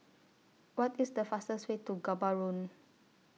What IS The fastest Way to Gaborone